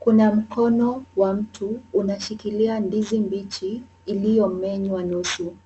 Kuna mkono wa mtu unashikilia ndizi mbichi iliyomenywa nusu.